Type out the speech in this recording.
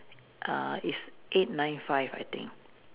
err is eight nine five I think